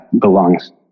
belongs